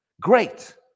Great